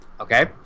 okay